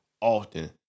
often